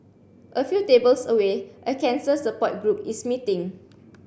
a few tables away a cancer support group is meeting